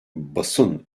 basın